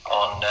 on